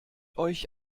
euch